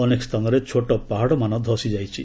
ଅନେକ ସ୍ଥାନରେ ଛୋଟ ପାହାଡ଼ମାନ ଧସି ଯାଇଛି